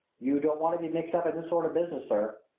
you don't want to be mixed up in this sort of business, sir.